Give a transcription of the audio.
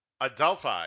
Adelphi